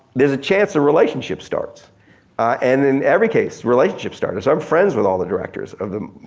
there's a chance a relationship starts and in every case relationship starts. i'm friends with all the directors of the,